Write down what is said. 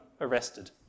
arrested